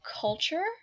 culture